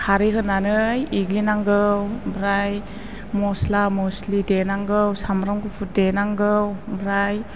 खारै होनानै एग्लिनांगौ ओमफ्राय मस्ला मस्लि देनांगौ सामब्राम गुफुर देनांगौ ओमफ्राय